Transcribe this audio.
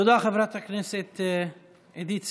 תודה, חברת הכנסת עידית סילמן.